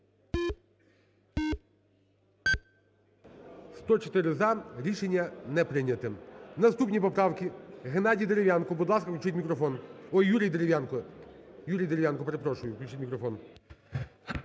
За-104 Рішення не прийнято. Наступні поправки. Геннадій Дерев'янко. Будь ласка, включіть мікрофон. Ой, Юрій Дерев'янко. Юрій Дерев'янко, перепрошую. Включіть мікрофон.